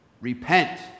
Repent